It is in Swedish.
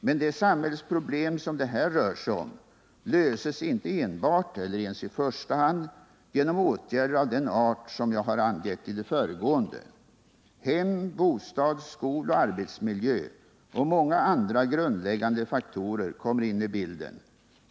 Men de samhällsproblem som det här rör sig om löses inte enbart eller ens i första hand genom åtgärder av den art som jag har angett i det föregående. Hem-, bostads-, skoloch arbetsmiljö och många andra grundläggande faktorer kommer in i bilden.